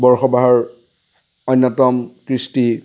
বৰ সবাহৰ অন্যতম কৃষ্টি